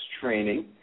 training